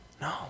No